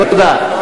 תודה.